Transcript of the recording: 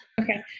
Okay